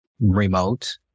remote